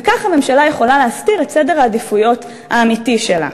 וכך הממשלה יכולה להסתיר את סדר העדיפויות האמיתי שלה.